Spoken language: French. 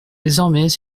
désormais